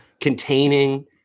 containing